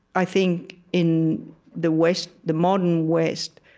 i think, in the west the modern west,